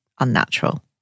unnatural